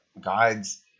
guides